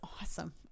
awesome